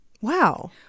Wow